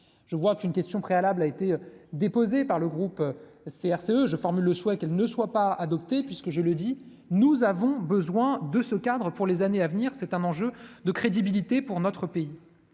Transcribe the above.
je vois qu'une question préalable a été déposée par le groupe CRCE, je forme le souhait qu'elle ne soit pas adopté puisque, je le dis, nous avons besoin de ce cadre pour les années à venir, c'est un enjeu de crédibilité, pour notre pays,